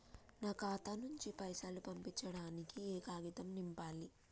నా ఖాతా నుంచి పైసలు పంపించడానికి ఏ కాగితం నింపాలే?